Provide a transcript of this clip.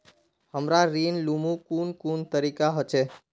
हमरा ऋण लुमू कुन कुन तरीका होचे?